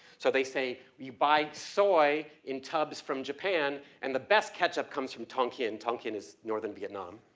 so they say, you buy soy in tubs from jappan, and the best ketchup comes from tonqueen, and tonqueen is northern vietnam.